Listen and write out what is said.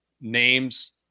names